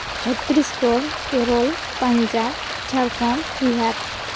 Chhattisgarh Kerala Punjab Jharkhand Bihar